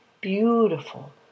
beautiful